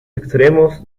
extremos